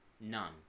None